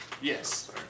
Yes